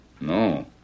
No